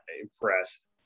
impressed